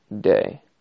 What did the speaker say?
day